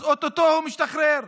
אז או-טו-טו הוא משתחרר,